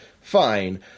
fine